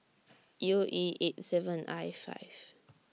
U E eight seven I five